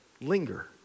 linger